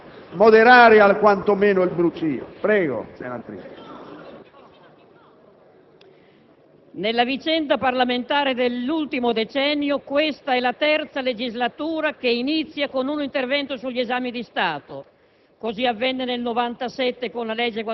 Prego quindi l'Aula di moderare quantomeno il brusìo. Prego, senatrice Soliani. SOLIANI, *relatrice*. Nella vicenda parlamentare dell'ultimo decennio, questa è la terza legislatura che inizia con un intervento sugli esami di Stato.